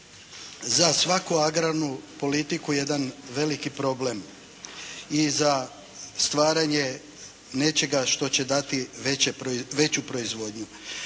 za svaku agrarnu politiku jedan veliki problem i za stvaranje nečega što će dati veću proizvodnju.